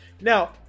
Now